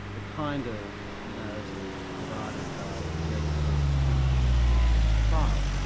the kind of narrative provided by breivik, at least currently being provided in the trial,